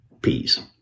Peace